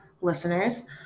listeners